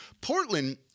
Portland